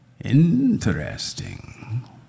Interesting